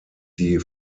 die